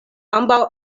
ambaŭ